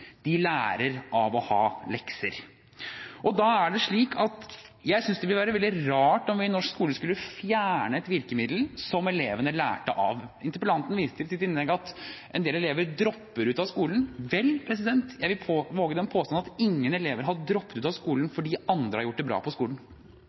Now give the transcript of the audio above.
de elevene som er eldst på skolen, lærer av å ha lekser. Jeg synes det ville være veldig rart om vi i norsk skole skulle fjerne et virkemiddel som elevene lærte av. Interpellanten viste i sitt innlegg til at en del elever dropper ut av skolen. Vel, jeg vil våge den påstand at ingen elever har droppet ut av skolen fordi andre har gjort det bra på skolen.